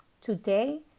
today